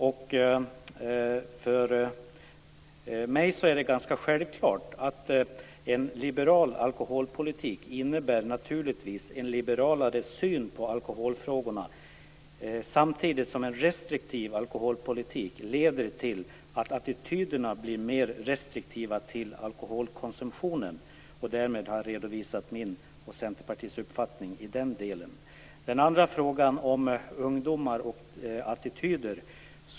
För mig är det ganska självklart att en liberal alkoholpolitik naturligtvis innebär en liberalare syn på alkoholfrågorna, samtidigt som en restriktiv alkoholpolitik leder till att attityderna blir mer restriktiva till alkoholkonsumtionen. Därmed har jag redovisat min och Centerpartiets uppfattning i den delen. Den andra frågan gällde ungdomar och attityder.